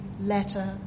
letter